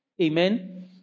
Amen